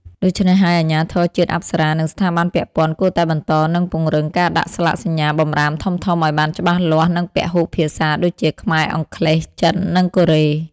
ដូច្នេះហើយ អាជ្ញាធរជាតិអប្សរា និងស្ថាប័នពាក់ព័ន្ធគួរតែបន្ត និងពង្រឹងការដាក់ស្លាកសញ្ញាបម្រាមធំៗអោយបានច្បាស់លាស់ និងពហុភាសាដូចជា ខ្មែរ អង់គ្លេស ចិន និងកូរ៉េ។